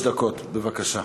שלוש דקות, בבקשה.